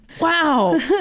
Wow